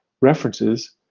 references